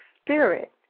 spirit